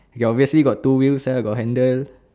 you obviously got two wheels uh got handle